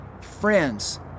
friends